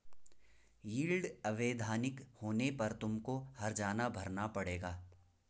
yield अवैधानिक होने पर तुमको हरजाना भरना पड़ेगा